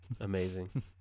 Amazing